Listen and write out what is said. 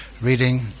reading